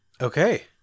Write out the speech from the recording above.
Okay